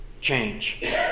change